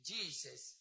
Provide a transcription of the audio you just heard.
Jesus